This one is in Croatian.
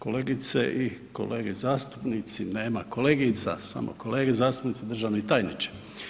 Kolegice i kolege zastupnici, nema kolegica samo kolege zastupnici, državni tajniče.